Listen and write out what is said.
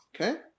Okay